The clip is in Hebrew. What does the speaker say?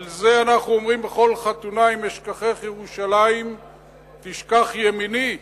על זה אנחנו אומרים בכל חתונה: "אם אשכחך ירושלים תשכח ימיני".